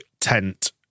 tent